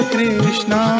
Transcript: Krishna